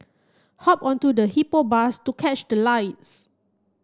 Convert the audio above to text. hop onto the Hippo Bus to cash the lights